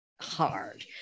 hard